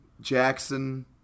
Jackson